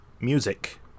music